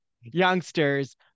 youngsters